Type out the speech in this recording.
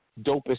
dopest